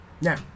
Now